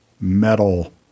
metal